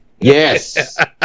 Yes